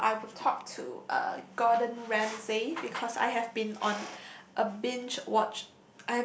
uh I would talk to uh Gordon-Ramsay because I have been on a binge watch